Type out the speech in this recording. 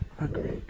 agree